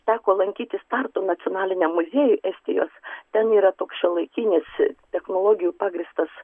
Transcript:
teko lankytis tartu nacionaliniam muziejuj estijos ten yra toks šiuolaikinis technologijų pagrįstas